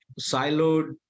siloed